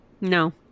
no